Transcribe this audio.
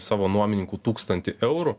savo nuomininkų tūkstantį eurų